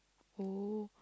oh